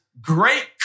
great